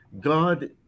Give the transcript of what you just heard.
god